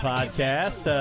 Podcast